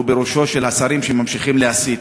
הוא בראשם של השרים שממשיכים להסית.